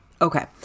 Okay